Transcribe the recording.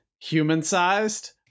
human-sized